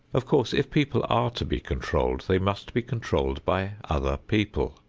of course, if people are to be controlled they must be controlled by other people.